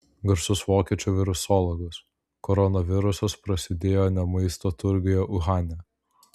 garsus vokiečių virusologas koronavirusas prasidėjo ne maisto turguje uhane